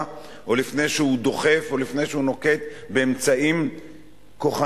או לפני שהוא דוחף או לפני שהוא נוקט אמצעים כוחניים.